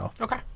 Okay